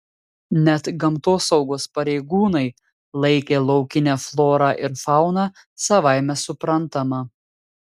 net gamtosaugos pareigūnai laikė laukinę florą ir fauną savaime suprantama